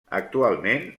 actualment